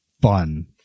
fun